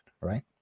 right